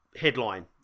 headline